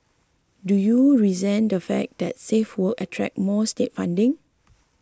do you resent the fact that safe works attract more state funding